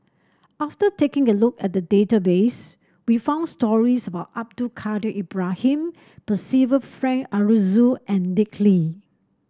after taking a look at the database we found stories about Abdul Kadir Ibrahim Percival Frank Aroozoo and Dick Lee